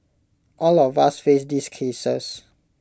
all of us face these cases